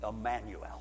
Emmanuel